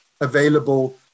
available